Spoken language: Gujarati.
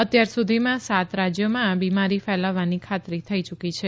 અત્યાર સુધીમાં સાત રાજ્યોમાં આ બિમારી ફેલાવવાની ખાતરી થઇ ચુકી છે